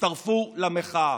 הצטרפו למחאה.